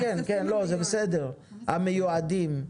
המיועדים.